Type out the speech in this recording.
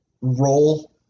role